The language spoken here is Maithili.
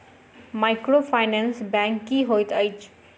माइक्रोफाइनेंस बैंक की होइत अछि?